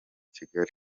kigali